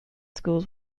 schools